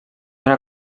una